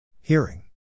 Hearing